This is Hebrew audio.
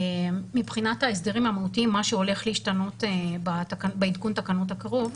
מבחינת ההסדרים המהותיים מה שהולך להשתנות בעדכון התקנות הקרוב,